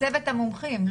בצוות המומחים.